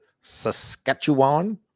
Saskatchewan